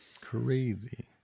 Crazy